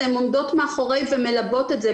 הן עומדות מאחורי ומלוות את זה,